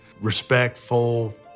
respectful